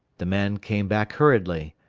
the man came back hurriedly.